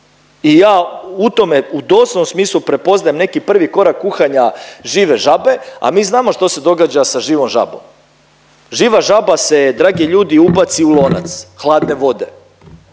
i ja u tome u doslovnom smislu prepoznajem neki prvi korak kuhanja žive žabe, a mi znamo šta se događa sa živom žabom. Živa žaba se dragi ljudi ubaci u lonac hladne vode